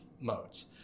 modes